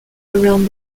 around